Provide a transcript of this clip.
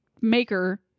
maker